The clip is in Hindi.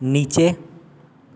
नीचे